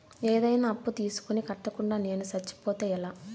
ఏదైనా అప్పు తీసుకొని కట్టకుండా నేను సచ్చిపోతే ఎలా